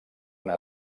una